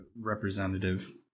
representative